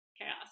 chaos